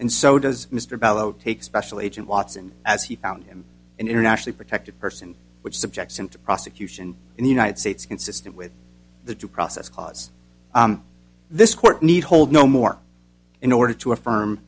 and so does mr bello take special agent watson as he found him an internationally protected person which subjects him to prosecution in the united states consistent with the due process cause this court need hold no more in order to affirm